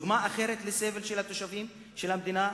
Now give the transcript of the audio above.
דוגמה אחרת לסבל של התושבים שלמדינה